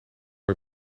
een